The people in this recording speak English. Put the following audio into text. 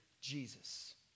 Jesus